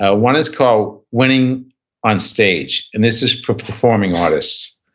ah one is called winning on stage, and this is for performing artists.